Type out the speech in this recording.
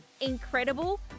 incredible